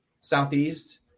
Southeast